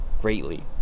greatly